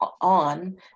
on